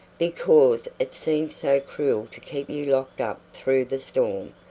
because it seemed so cruel to keep you locked up through the storm,